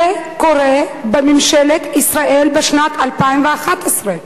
זה קורה במדינת ישראל בשנת 2011,